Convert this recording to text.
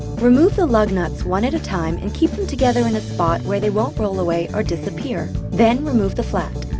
remove the lug nuts one at a time, and keep them together in a spot where they won't roll away or disappear. then remove the flat.